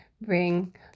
bring